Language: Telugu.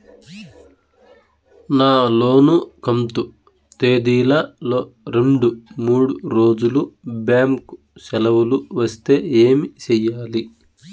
నా లోను కంతు తేదీల లో రెండు మూడు రోజులు బ్యాంకు సెలవులు వస్తే ఏమి సెయ్యాలి?